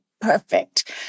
perfect